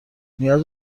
نیاز